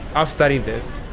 i've studied this.